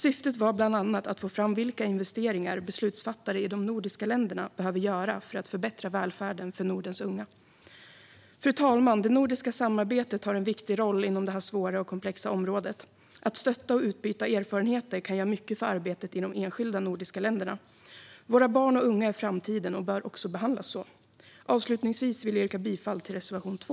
Syftet var bland annat att få fram vilka investeringar beslutsfattare i de nordiska länderna behöver göra för att förbättra välfärden för Nordens unga. Fru talman! Det nordiska samarbetet har en viktig roll inom det här svåra och komplexa området. Att stötta och utbyta erfarenheter kan göra mycket för arbetet i de enskilda nordiska länderna. Våra barn och unga är framtiden och bör också behandlas så. Avslutningsvis vill jag yrka bifall till reservation 2.